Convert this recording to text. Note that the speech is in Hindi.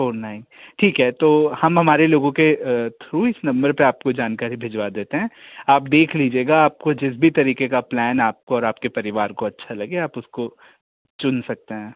फ़ोर नाइन ठीक है तो हम हमारे लोगों के थ्रू इस नंबर पे आपको जानकारी भिजवा देते हैं आप देख लीजिएगा आपको जिस भी तरीके का प्लैन आपको और आपके परिवार को अच्छा लगे आप उसको चुन सकते हैं